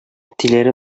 әтиләре